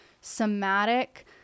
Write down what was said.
somatic